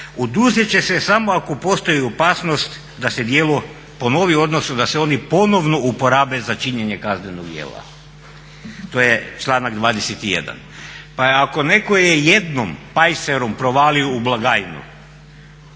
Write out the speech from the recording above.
oduzet će se samo ako postoji opasnost da se djelo ponovi, odnosno da se oni ponovno uporabe za činjenje kaznenog djela. To je članak 21. Pa ako netko je jednom pajserom provalio u blagajnu